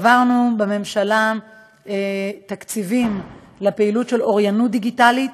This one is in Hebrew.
העברנו בממשלה תקציבים לפעילות של אוריינות דיגיטלית